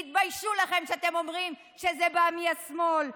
תתביישו לכם שאתם אומרים שזה בא מהשמאל.